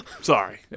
Sorry